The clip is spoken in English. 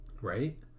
Right